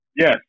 Yes